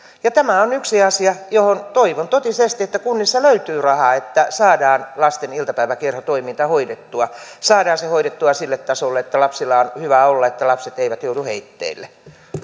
tämä on yksi asia johon toivon totisesti kunnissa löytyvän rahaa että saadaan lasten iltapäiväkerhotoiminta hoidettua saadaan se hoidettua sille tasolle että lapsilla on hyvä olla että lapset eivät joudu heitteille